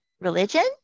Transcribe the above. Religion